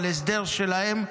על הסדר שלהם.